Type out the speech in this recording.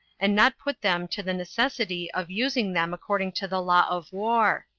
and not put them to the necessity of using them according to the law of war.